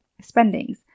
spendings